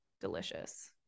delicious